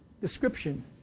description